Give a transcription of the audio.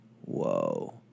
Whoa